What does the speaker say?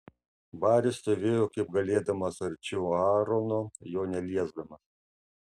baris stovėjo kaip galėdamas arčiau aarono jo neliesdamas